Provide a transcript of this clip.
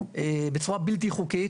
בצורה בלתי חוקית.